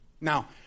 Now